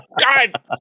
God